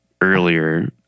earlier